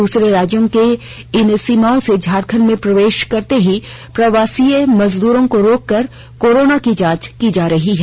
दूसरे राज्यों की इन सीमाओं से झारखंड में प्रवेश करते ही प्रवासी मजदूरों को रोककर कोरोना जाँच की जा रही है